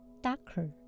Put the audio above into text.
darker